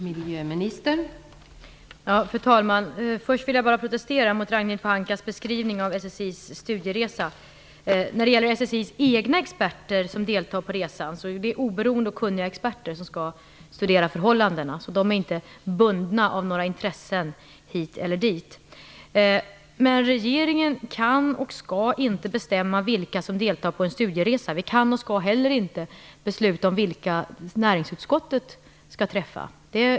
Fru talman! Först vill jag bara protestera mot SSI:s egna experter som deltar i resan och som skall studera förhållandena är oberoende och kunniga. De är inte bundna av några intressen hit eller dit. Regeringen kan inte, och skall inte, bestämma vilka som deltar i en studieresa. Vi kan inte, och skall inte heller, besluta om vilka näringsutskottet skall träffa.